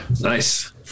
nice